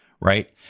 right